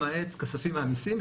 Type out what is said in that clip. למעט כספים מהמיסים,